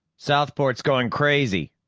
southport's going crazy.